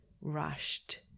rushed